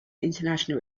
international